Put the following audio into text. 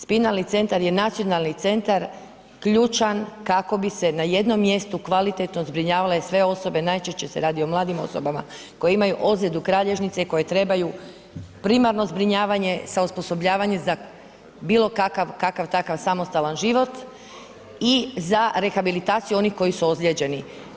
Spinalni centar je nacionalni centar ključan kako bi se na jednom mjestu kvalitetno zbrinjavale sve osobe, najčešće se radi o mladim osobama koje imaju ozljedu kralješnice i koje trebaju primarno zbrinjavanje sa osposobljavanje za bilo kakav, kakav-takav samostalan život i za rehabilitaciju onih koji su ozlijeđeni.